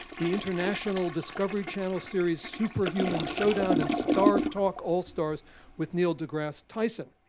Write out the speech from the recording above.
the international discovery channel series superhuman showdown and startalk all-stars with neil degrasse tyson.